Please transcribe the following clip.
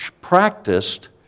practiced